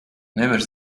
nevar